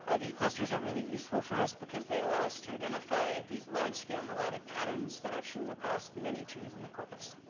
these clusters are really useful for us because they allow us to identify these large-scale melodic patterns that are true across many tunes in the corpus.